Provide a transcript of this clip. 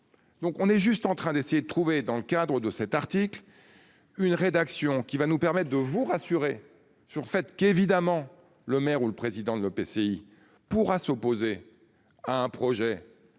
Donc on est juste en train d'essayer de trouver dans le cadre de cet article. Une rédaction qui va nous permettre de vous rassurer sur fait qu'évidemment le maire ou le président de l'OPC, il pourra s'opposer à un projet